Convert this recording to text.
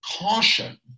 caution